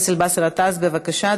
גטאס, בבקשה.